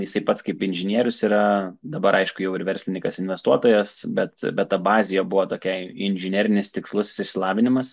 jisai pats kaip inžinierius yra dabar aišku jau ir verslininkas investuotojas bet bet ta bazė jo buvo tokia inžinerinis tikslusis išsilavinimas